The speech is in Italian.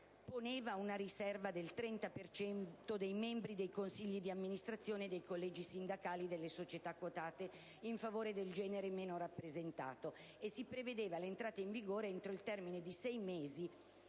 da una riserva del 30 per cento dei membri dei consigli di amministrazione e dei collegi sindacali delle società quotate in favore del genere meno rappresentato; si prevedeva l'entrata in vigore entro il termine di sei mesi